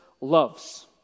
loves